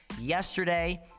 yesterday